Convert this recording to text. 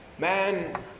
Man